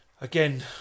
again